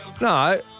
no